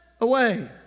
away